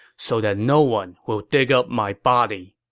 so that no one will dig up my body.